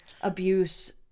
abuse